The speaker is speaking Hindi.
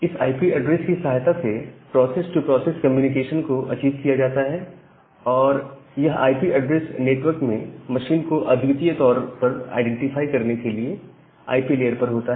इस आईपी ऐड्रेस की सहायता से प्रोसेस टू प्रोसेस कम्युनिकेशन को अचीव किया जाता है और यह आईपी ऐड्रेस नेटवर्क में मशीन को अद्वितीय तौर पर आईडेंटिफाई करने के लिए आई पी लेयर पर होता है